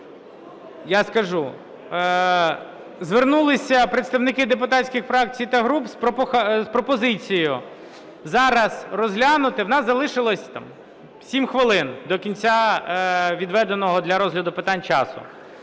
Я скажу. Звернулися представники депутатських фракцій та груп з пропозицією зараз розглянути, у нас залишилось 7 хвилин до кінця відведеного для розгляду питань часу.